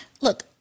look